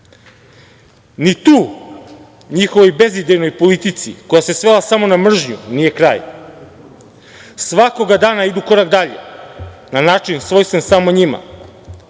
Ni tu njihovoj bezidejnoj politici koja se svela samo na mržnju nije kraj. Svakoga dana idu korak dalje na način svojstven samo njima,